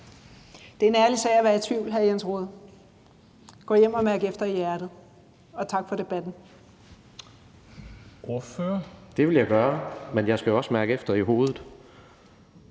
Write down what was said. Det er en ærlig sag at være i tvivl, hr. Jens Rohde. Gå hjem og mærk efter i hjertet. Og tak for debatten.